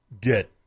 get